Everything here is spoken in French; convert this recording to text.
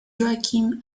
joachim